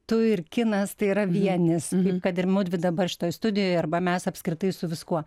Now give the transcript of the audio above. tu ir kinas tai yra vienis kaip kad ir mudvi dabar šitoj studijoj arba mes apskritai su viskuo